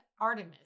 Artemis